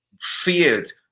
feared